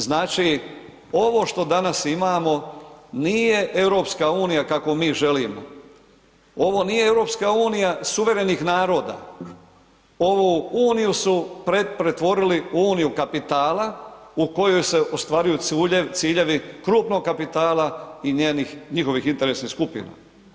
Znači, ovo što danas imamo nije EU kakvu mi želimo, ovo nije EU suverenih naroda, ovu uniju su pretvorili u uniju kapitala u kojoj se ostvaruju ciljevi krupnog kapitala i njenih, njihovih interesnih skupina.